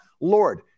Lord